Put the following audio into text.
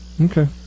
Okay